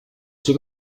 sue